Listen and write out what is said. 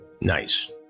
nice